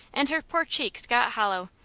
and her poor cheeks got hollow,